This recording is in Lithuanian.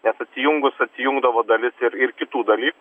nes susijungus atsijungdavo dalis ir ir kitų dalykų